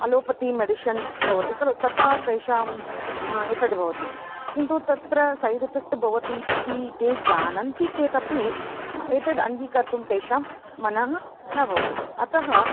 allopathy medicines भवन्ति खलु तथा तेषाम् एतद् भवति किन्तु तत्र सैड् एफ़ेक्ट् भवति इति ते जानन्ति चेदपि एतद् अङ्गीकर्तुं तेषां मनः न भवति अतः